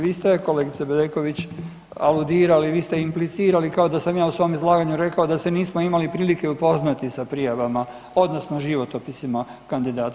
Vi ste kolegice Bedeković aludirali, vi ste implicirali kao da sam ja u svom izlaganju rekao da se nismo imali prilike upoznati sa prijavama odnosno životopisima kandidata.